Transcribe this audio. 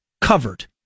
covered